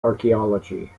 archeology